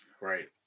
Right